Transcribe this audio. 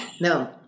No